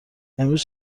امروز